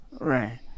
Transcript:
Right